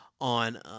on